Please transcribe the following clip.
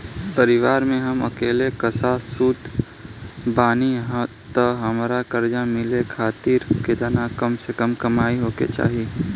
परिवार में हम अकेले कमासुत बानी त हमरा कर्जा मिले खातिर केतना कम से कम कमाई होए के चाही?